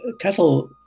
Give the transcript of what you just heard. cattle